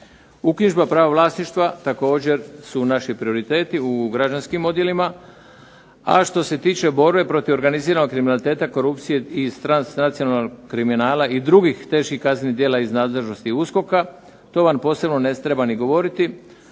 Uknjižba prava vlasništva također su naši prioriteti u građanskim odjelima, a što se tiče borbe protiv organiziranog kriminaliteta korupcije i nacionalnog kriminala i drugih teških kaznenih djela iz nadležnosti USKOK-a to vam posebno ne trebam ni govoriti,